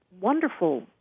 wonderful